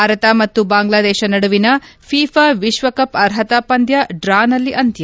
ಭಾರತ ಮತ್ತು ಬಾಂಗ್ಲಾದೇಶ ನಡುವಿನ ಫಿಫಾ ವಿಶ್ವ ಕಪ್ ಅರ್ಹತಾ ಪಂದ್ವ ಡ್ರಾ ನಲ್ಲಿ ಅಂತ್ವ